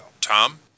Tom